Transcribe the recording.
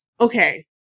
okay